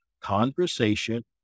conversation